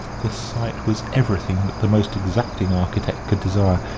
the site was everything that the most exacting architect could desire,